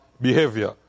behavior